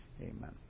Amen